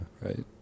Right